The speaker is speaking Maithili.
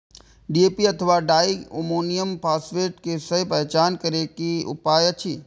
डी.ए.पी अथवा डाई अमोनियम फॉसफेट के सहि पहचान करे के कि उपाय अछि?